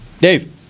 Dave